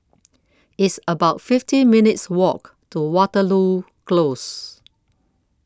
It's about fifty minutes' Walk to Waterloo Close